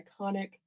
iconic